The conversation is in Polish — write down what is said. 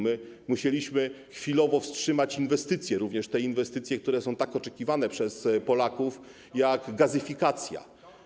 Musieliśmy chwilowo wstrzymać inwestycje, również te inwestycje, które są tak bardzo oczekiwane przez Polaków, jak gazyfikacja.